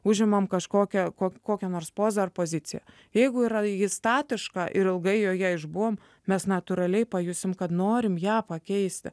užimam kažkokią ko kokią nors pozą ar poziciją jeigu yra ji statiška ir ilgai joje išbuvom mes natūraliai pajusim kad norim ją pakeisti